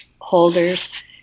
holders